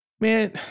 Man